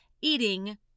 eating